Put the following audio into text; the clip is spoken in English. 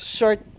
Short